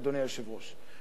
אדוני היושב-ראש,